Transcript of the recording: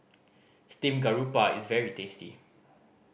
steamed garoupa is very tasty